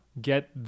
get